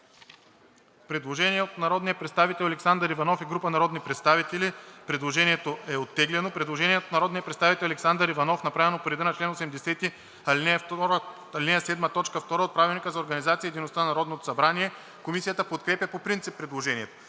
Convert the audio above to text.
Предложение на народния представител Александър Иванов и група народни представители Предложението е оттеглено. Предложение на народния представител Александър Иванов, направено по реда на чл. 80, ал. 7, т. 2 от Правилника за организацията и дейността на Народното събрание. Комисията подкрепя по принцип предложението.